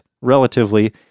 relatively